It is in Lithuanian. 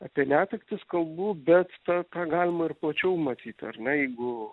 apie netektis kalbu bet tą tą galima ir plačiau matyt ar ne jeigu